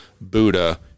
Buddha